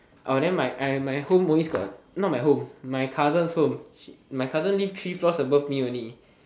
oh then my I my home always got not my home my cousin's home he my cousin live three floors above me only